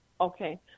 Okay